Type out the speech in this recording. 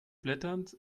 blätternd